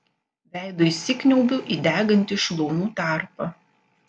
veidu įsikniaubiu į degantį šlaunų tarpą